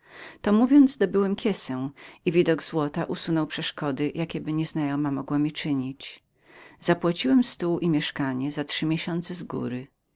to mówiąc dobyłem kiesę i widok złota usunął przeszkody jakieby nieznajoma mogła była mi postawić zapłaciłem stół i mieszkanie za trzy miesiące z góry